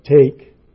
take